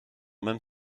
même